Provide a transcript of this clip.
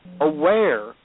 aware